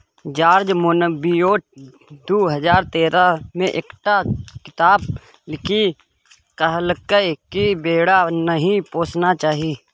George Monbiot दु हजार तेरह मे एकटा किताप लिखि कहलकै कि भेड़ा नहि पोसना चाही